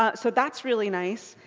ah so that's really nice.